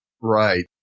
Right